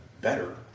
better